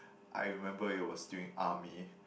I remember it was during army